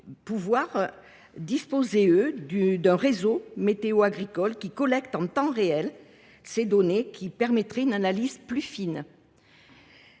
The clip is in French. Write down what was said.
pouvoir disposer d’un réseau météo agricole collectant en temps réel ces données, ce qui permettrait une analyse plus fine.